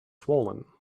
swollen